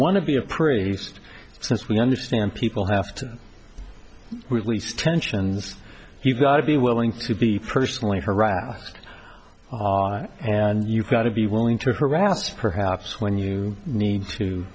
want to be appraised since we understand people have to release tensions you've got to be willing to be personally harassed and you've got to be willing to harass perhaps when you need to